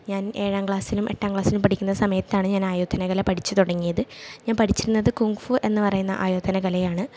ഞാൻ ഏഴാം ക്ലാസ്സിലും എട്ടാം ക്ലാസ്സിലും പഠിക്കുന്ന സമയത്താണ് ഞാൻ ആയോധന കല പഠിച്ച് തുടങ്ങിയത് ഞാൻ പഠിച്ചിരുന്നത് കുങ്ങ്ഫു എന്ന് പറയുന്ന ആയോധന കലയാണ്